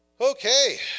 Okay